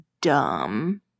dumb